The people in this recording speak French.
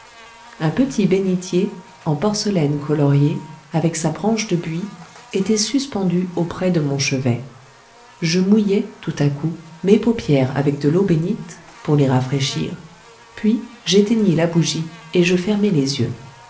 un petit bénitier en porcelaine coloriée avec sa branche de buis était suspendu auprès de mon chevet je mouillai tout à coup mes paupières avec de l'eau bénite pour les rafraîchir puis j'éteignis la bougie et je fermai les yeux